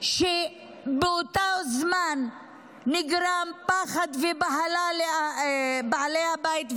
ובאותו זמן נגרמו פחד ובהלה לבעלי הבית,